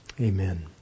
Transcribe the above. Amen